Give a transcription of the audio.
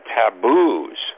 taboos